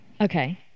Okay